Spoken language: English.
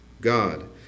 God